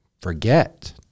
forget